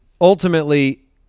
ultimately